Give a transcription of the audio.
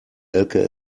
elke